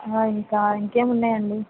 ఇంకా ఇంకేమున్నాయండి